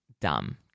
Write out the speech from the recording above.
dumb